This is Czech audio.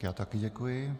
Já také děkuji.